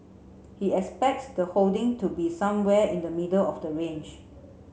he expects the holdings to be somewhere in the middle of the range